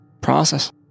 process